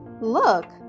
Look